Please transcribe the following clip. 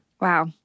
Wow